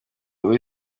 uri